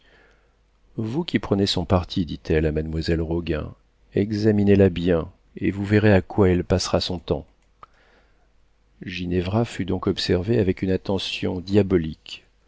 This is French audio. vous qui prenez son parti dit-elle à mademoiselle roguin examinez-la bien et vous verrez à quoi elle passera son temps ginevra fut donc observée avec une attention diabolique